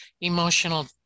emotional